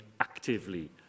actively